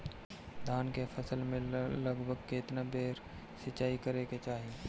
धान के फसल मे लगभग केतना बेर सिचाई करे के चाही?